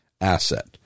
asset